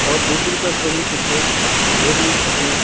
اور دوسری طرف وہیں کرکٹ وہ بھی اپنے